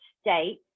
state